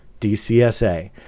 DCSA